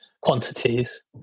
quantities